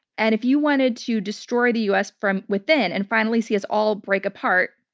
and if you wanted to destroy the us from within and finally see us all break apart,